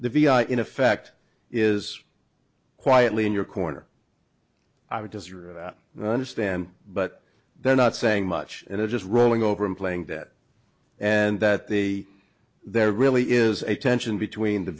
the vi in effect is quietly in your corner i would just understand but they're not saying much and i just rolling over and playing that and that the there really is a tension between the